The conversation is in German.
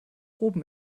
oben